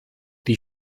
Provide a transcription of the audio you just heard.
die